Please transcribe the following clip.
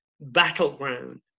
battleground